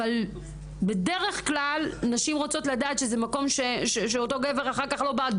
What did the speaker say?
אבל בדרך כלל נשים רוצות לדעת שזה מקום שאותו גבר אחר כך לא בא,